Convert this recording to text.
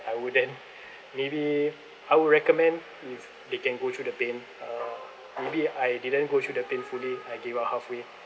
I wouldn't maybe I would recommend if they can go through the pain uh maybe I didn't go through the pain fully I gave up halfway